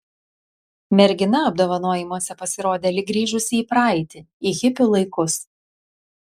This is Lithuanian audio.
mergina apdovanojimuose pasirodė lyg grįžusi į praeitį į hipių laikus